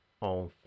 on